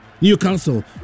Newcastle